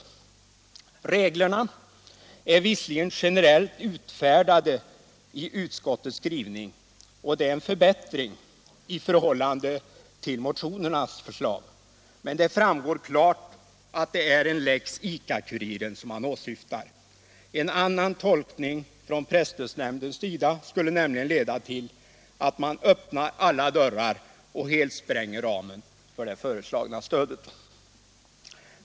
Reglerna är visserligen generellt utfärdade i utskottets skrivning — och det är en förbättring i förhållande till moticnernas förslag — men det framgår klart att det är en lex ICA-Kuriren som man åsyftar. En annan tolkning från presstödsnämndens sida skulle nämligen leda till att man öppnar alla dörrar och helt spränger ramen för det föreslagna stödet.